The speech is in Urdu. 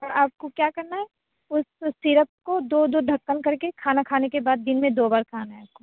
اور آپ کو کیا کرنا ہے اس سیرپ کو دو دو ڈھکن کر کے کھانا کھانے کے بعد دن میں دو بار کھانا ہے آپ کو